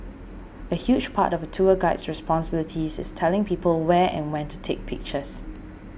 a huge part of a tour guide's responsibilities is telling people where and when to take pictures